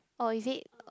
oh is it